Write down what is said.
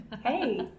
Hey